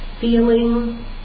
feeling